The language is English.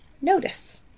notice